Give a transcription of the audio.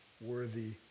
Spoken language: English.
worthy